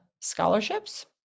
scholarships